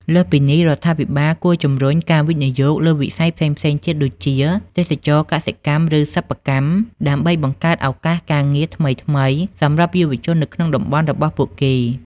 លើសពីនេះ រដ្ឋាភិបាលគួរជំរុញការវិនិយោគលើវិស័យផ្សេងៗទៀតដូចជា ទេសចរណ៍កសិកម្ម ឬសិប្បកម្ម ដើម្បីបង្កើតឱកាសការងារថ្មីៗសម្រាប់យុវជននៅក្នុងតំបន់របស់ពួកគេ។